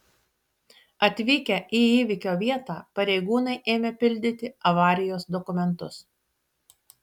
atvykę į įvykio vietą pareigūnai ėmė pildyti avarijos dokumentus